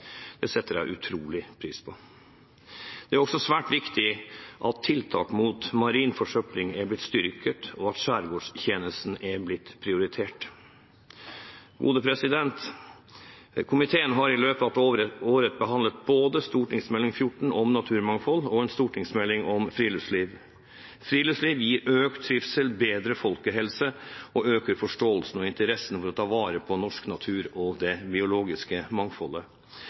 det setter jeg stor pris på. Det er også svært viktig at tiltak mot marin forsøpling er styrket og at Skjærgårdstjenesten er prioritert. Komiteen har i løpet av året behandlet både Meld. St. 14 for 2015–2016 om naturmangfold og Meld. St. 18 for 2015–2016 om friluftsliv. Friluftsliv gir økt trivsel, bedre folkehelse og øker forståelsen og interessen for å ta vare på norsk natur og det biologiske mangfoldet.